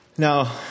Now